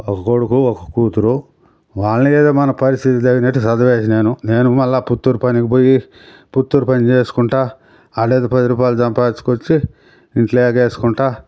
ఒక కొడుకు ఒక కూతురు వాళ్ళని ఏదో మన పరిస్థితికి తగినట్టు చదివించినాను నేను మళ్ళీ పుత్తూరు పనికి పొయ్యి పుత్తూరు పని చేసుకుంటూ ఆడేదో పది రూపాయలు సంపాదించుకొచ్చి ఇంట్లో ఎగేసుకుంటా